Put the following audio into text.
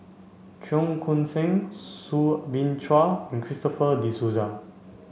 Cheong Koon Seng Soo Bin Chua and Christopher De Souza